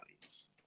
values